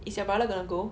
is your brother gonna go